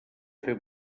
fer